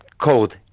code